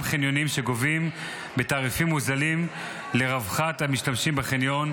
חניונים שגובים תעריפים מוזלים לרווחת המשתמשים בחניון,